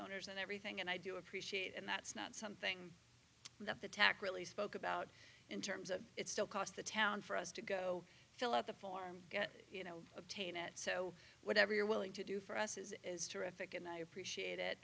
owners and everything and i do appreciate and that's not something that the tac really spoke about in terms of it still cost the town for us to go fill out the form you know obtain it so whatever you're willing to do for us is is terrific and i appreciate it